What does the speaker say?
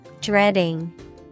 dreading